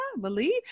believe